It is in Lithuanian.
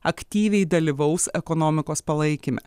aktyviai dalyvaus ekonomikos palaikyme